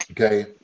Okay